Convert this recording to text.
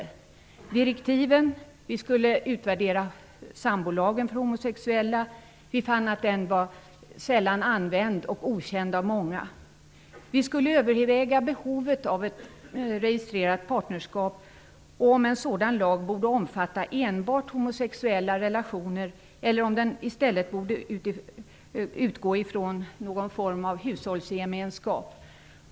Ett direktiv var att vi skulle utvärdera sambolagen för homosexuella. Vi fann att den sällan användes och att den var okänd av många. Vi skulle överväga behovet av ett registrerat partnerskap och om en sådan lag enbart borde omfatta homosexuella relationer eller om den i stället borde utgå från någon form av hushållsgemenskap.